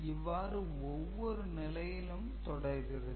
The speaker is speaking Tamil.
இவ்வாறு ஒவ்வொரு நிலையிலும் தொடர்கிறது